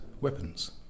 weapons